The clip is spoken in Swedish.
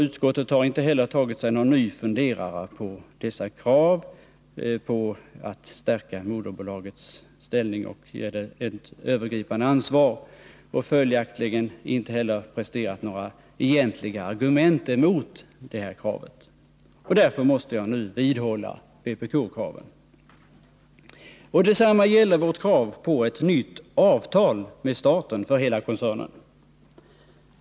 Utskottet har inte tagit sig någon ny funderare på dessa krav på att stärka moderbolagets ställning och ge det ett övergripande ansvar och följaktligen inte heller presterat några egentliga argument emot dem. Därför måste jag nu vidhålla vpk-kraven. Detsamma gäller vårt krav på ett nytt avtal med staten för hela koncernen.